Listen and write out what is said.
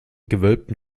gewölbten